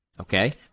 okay